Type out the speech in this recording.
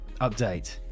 Update